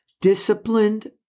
disciplined